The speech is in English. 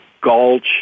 Gulch